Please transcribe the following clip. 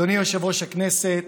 אדוני יושב-ראש הישיבה,